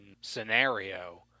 scenario